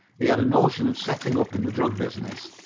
he had a notion of setting up in the drug business.